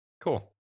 Cool